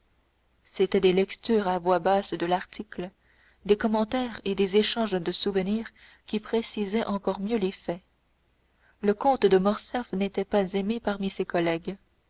c'étaient des lectures à voix basse de l'article des commentaires et des échanges de souvenirs qui précisaient encore mieux les faits le comte de morcerf n'était pas aimé parmi ses collègues